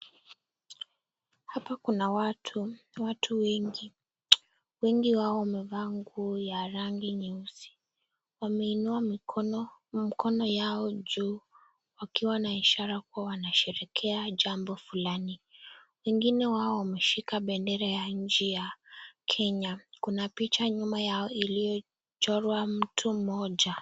Hapa kuna watu, watu wengi. Wengi wao wamevaa nguo ya rangi nyeusi. Wameinua mikono yao juu wakiwa na ishara kuwa wanasherehekea jambo fulani. Wengine wao wameshika bendera ya nchi ya Kenya. Kuna picha nyuma yao iliyochorwa mtu mmoja.